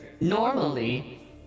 Normally